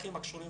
המעורבות.